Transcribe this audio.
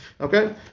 Okay